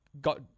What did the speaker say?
got